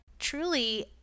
Truly